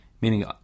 meaning